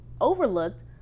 Overlooked